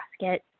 basket